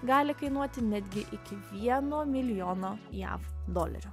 gali kainuoti netgi iki vieno milijono jav dolerių